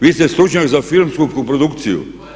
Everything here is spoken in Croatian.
Vi ste stručnjak za filmsku koprodukciju.